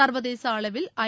சர்வதேச அளவில் ஐ